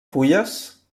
fulles